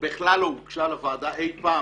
בכלל לא הוגשה לוועדה אי פעם.